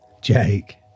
Jake